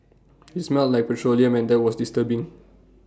IT smelt like petroleum and that was disturbing